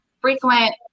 frequent